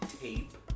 Tape